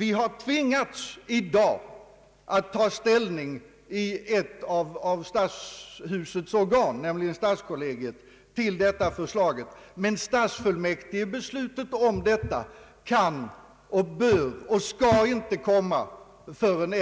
Ett av stadshusets organ, nämligen stadskollegiet, har i dag tvingats ta ställning i förtid till detta förslag, men stadsfullmäktiges beslut kan och bör och skall inte komma förrän